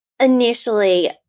Initially